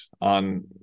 on